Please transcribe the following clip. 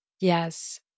Yes